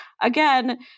again